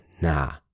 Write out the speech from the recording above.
nah